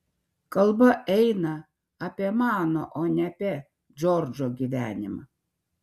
kalba eina apie mano o ne apie džordžo gyvenimą